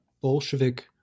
Bolshevik